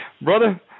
Brother